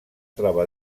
troba